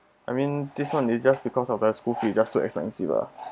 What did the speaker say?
I mean this [one] is just because of the school fee just too expensive ah